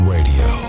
Radio